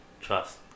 trust